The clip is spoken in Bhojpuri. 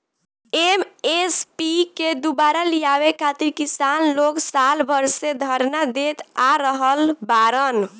एम.एस.पी के दुबारा लियावे खातिर किसान लोग साल भर से धरना देत आ रहल बाड़न